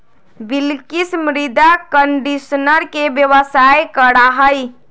बिलकिश मृदा कंडीशनर के व्यवसाय करा हई